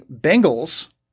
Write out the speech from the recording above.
Bengals